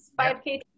5K